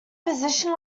position